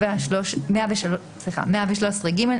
113(ג),